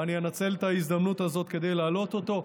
ואני אנצל את ההזדמנות הזו כדי להעלות אותו.